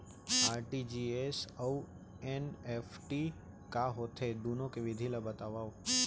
RTGS अऊ NEFT का होथे, दुनो के विधि ला बतावव